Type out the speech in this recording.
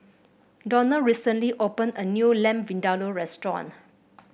Donald recently opened a new Lamb Vindaloo restaurant